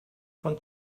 von